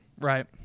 Right